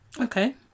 Okay